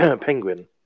penguin